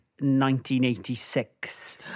1986